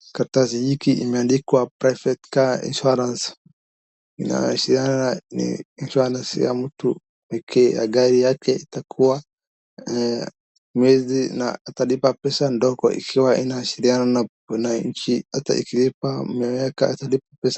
Karatasi hiki imeandikwa PRIVATE CAR INSURANCE inawashiana ni insurance ya mtu pekee ya gari yake itakuwa miezi na atalipa pesa ndogo ikiwa hina shida kwa na nchi hata ikilipa imeekwa atalipa pesa.